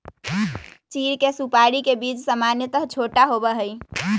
चीड़ के सुपाड़ी के बीज सामन्यतः छोटा होबा हई